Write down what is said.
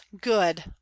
good